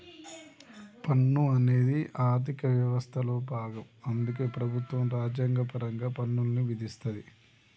పన్ను అనేది ఆర్థిక వ్యవస్థలో భాగం అందుకే ప్రభుత్వం రాజ్యాంగపరంగా పన్నుల్ని విధిస్తది